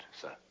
sir